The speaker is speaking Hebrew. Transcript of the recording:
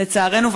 לצערנו,